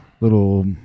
Little